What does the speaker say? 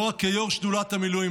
לא רק כיו"ר שדולת המילואים,